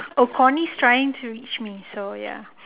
oh connie's trying to reach me so ya